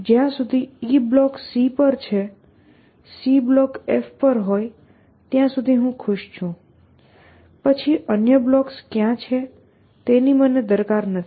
જ્યાં સુધી E block C પર છે C બ્લોક F પર હોય ત્યાં સુધી હું ખુશ છું પછી અન્ય બ્લોક્સ ક્યાં છે તેની મને દરકાર નથી